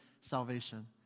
salvation